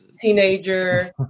teenager